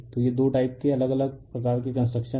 तो ये दो टाइप के अलग अलग प्रकार के कंस्ट्रक्शन हैं